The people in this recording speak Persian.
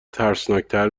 ترسناکتر